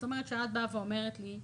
זאת אומרת, כשאת אומרת לי: